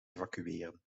evacueren